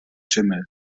schimmel